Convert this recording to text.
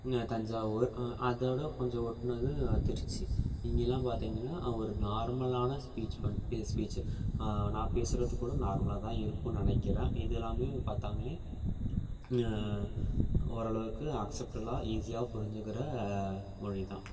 தஞ்சாவூர் அதோடய கொஞ்சம் ஒட்டுனது திருச்சி இங்கேயல்லாம் பார்த்திங்கனா ஒரு நார்மலான ஸ்பீச் ஸ்பீச் நான் பேசுகிறது கூட நார்மலாக தான் இருக்குதுன்னு நினைக்கிறேன் இதெல்லாமே பார்த்தாலுமே ஓரளவுக்கு அக்செப்ட்டபுலாக ஈசியாக புரிஞ்சிக்கிற மொழி தான்